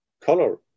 color